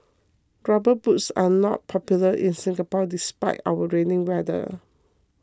rubber boots are not popular in Singapore despite our rainy weather